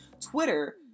Twitter